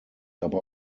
aber